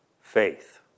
faith